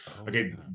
Okay